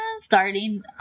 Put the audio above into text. starting